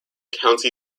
county